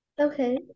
okay